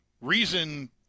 reason